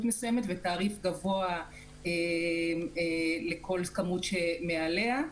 מסוימת והתעריף הגבוה לכל כמות שמעליה.